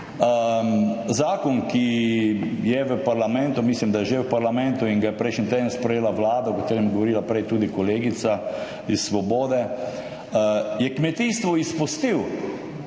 Zakon, ki je v parlamentu, mislim, da je že v parlamentu in ga je prejšnji teden sprejela vlada, o katerem je govorila prej tudi kolegica iz Svobode, je kmetijstvo izpustil!